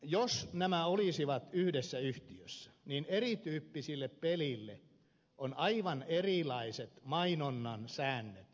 jos nämä olisivat yhdessä yhtiössä niin erityyppisille peleille on aivan erilaiset mainonnan säännöt ja ohjeet